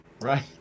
Right